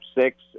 six